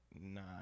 nine